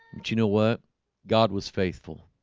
but you know what god was faithful